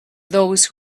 those